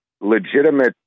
legitimate